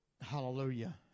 Hallelujah